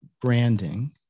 branding